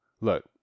Look